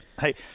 Hey